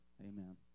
amen